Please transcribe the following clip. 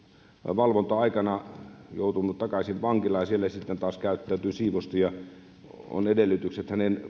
valvonta aikana joutunut takaisin vankilaan ja siellä sitten taas käyttäytyy siivosti ja on edellytykset hänen